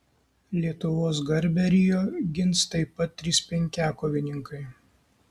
lietuvos garbę rio gins taip pat trys penkiakovininkai